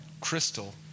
Crystal